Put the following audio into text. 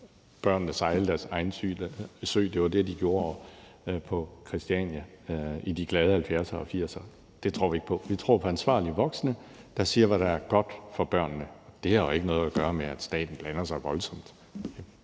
børnene sejle deres egen sø – det var det, de gjorde på Christiania i de glade 1970'ere og 1980'ere. Det tror vi ikke på. Vi tror på ansvarlige voksne, der siger, hvad der er godt for børnene. Det har jo ikke noget at gøre med, at staten blander sig voldsomt.